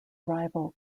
rival